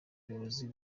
ubuyobozi